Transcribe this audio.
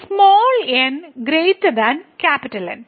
ഈ n N